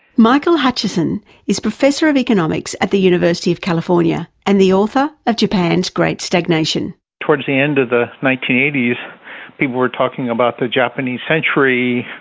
michael hutchison is professor of economics at the university of california and the author of japan's great stagnation. towards the end of the nineteen eighty s people were talking about the japanese century.